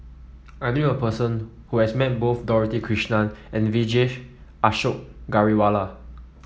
I knew a person who has met both Dorothy Krishnan and Vijesh Ashok Ghariwala